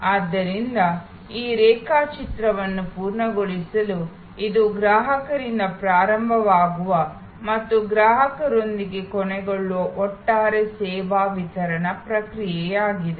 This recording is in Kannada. ಆದ್ದರಿಂದ ಈ ರೇಖಾಚಿತ್ರವನ್ನು ಪೂರ್ಣಗೊಳಿಸಲು ಇದು ಗ್ರಾಹಕರಿಂದ ಪ್ರಾರಂಭವಾಗುವ ಮತ್ತು ಗ್ರಾಹಕರೊಂದಿಗೆ ಕೊನೆಗೊಳ್ಳುವ ಒಟ್ಟಾರೆ ಸೇವಾ ವಿತರಣಾ ಪ್ರಕ್ರಿಯೆಯಾಗಿದೆ